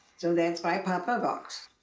so that's why papa walks.